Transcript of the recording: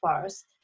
first